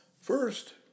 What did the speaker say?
First